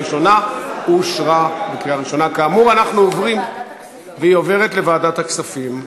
אושרה בקריאה ראשונה כאמור והיא עוברת לוועדת הכספים.